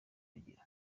kugira